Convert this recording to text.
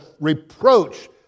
reproach